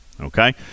Okay